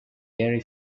gary